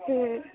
ହଁ